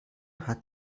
hat